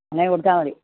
അങ്ങനെ കൊടുത്താൽ മതി